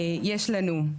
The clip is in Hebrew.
יש לנו,